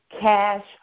Cash